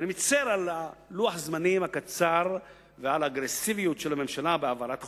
ואני מצטער על הלוח-זמנים הקצר ועל האגרסיביות של הממשלה בהעברת החוק.